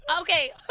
Okay